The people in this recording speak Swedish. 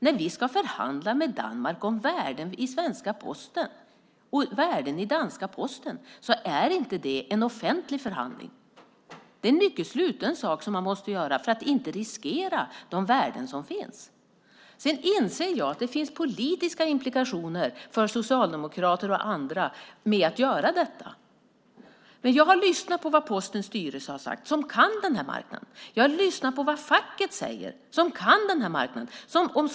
När vi ska förhandla med Danmark om värden i svenska och danska posten är det inte en offentlig förhandling. Det måste vara en mycket sluten historia för att man inte ska riskera de värden som finns. Jag inser att det finns politiska implikationer med detta för socialdemokrater och andra. Jag har lyssnat på vad Postens styrelse, som kan den här marknaden, har sagt. Jag har lyssnat på vad facket, som kan den här marknaden, säger.